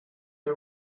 der